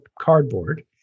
cardboard